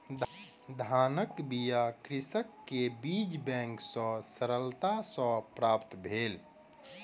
धानक बीया कृषक के बीज बैंक सॅ सरलता सॅ प्राप्त भेल